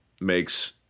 makes